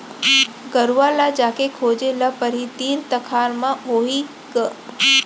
गरूवा ल जाके खोजे ल परही, तीर तखार म होही ग